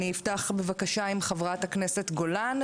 אפתח עם חברת הכנסת גולן.